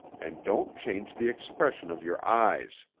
and don't change the expression of your eyes.